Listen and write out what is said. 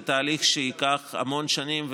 זה תהליך שייקח המון שנים,